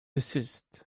desist